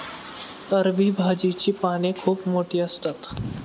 अरबी भाजीची पाने खूप मोठी असतात